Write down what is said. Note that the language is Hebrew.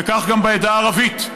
וכך גם בעדה הערבית.